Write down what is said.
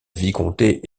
vicomté